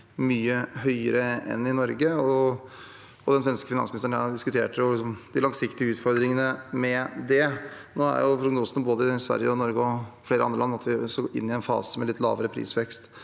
mye høyere enn i Norge. Den svenske finansministeren og jeg diskuterte de langsiktige utfordringene med dette. Nå er jo både Sverige, Norge og flere andre land inne i en fase med litt lavere prisvekst.